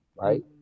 Right